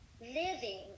living